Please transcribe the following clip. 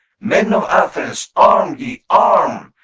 men of athens, arm ye, arm!